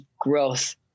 growth